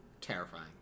Terrifying